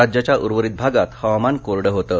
राज्यात उर्वरित भागात हवामान कोरड होतं